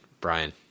Brian